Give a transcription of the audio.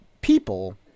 people